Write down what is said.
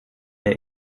der